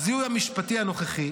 הזיהוי המשפטי הנוכחי,